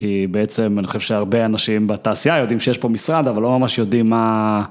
היא בעצם, אני חושב שהרבה אנשים בתעשייה יודעים שיש פה משרד אבל לא ממש יודעים מה.